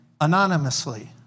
anonymously